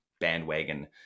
bandwagon